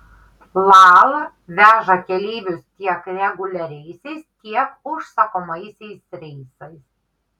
lal veža keleivius tiek reguliariaisiais tiek užsakomaisiais reisais